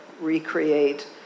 recreate